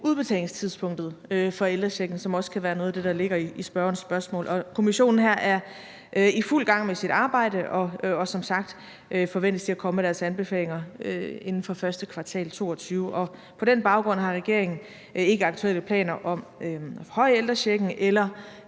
udbetalingstidspunktet for ældrechecken, som også kan være noget af det, der ligger i spørgerens spørgsmål. Kommissionen her er i fuld gang med sit arbejde, og som sagt forventes de at komme med deres anbefalinger inden for første kvartal 2022. På den baggrund har regeringen ikke aktuelle planer om at forhøje ældrechecken eller